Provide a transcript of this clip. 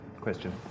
question